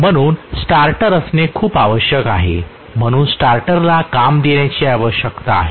म्हणून स्टार्टर असणे खूप आवश्यक आहे म्हणून स्टार्टरला काम देण्याची आवश्यकता आहे